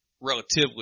relatively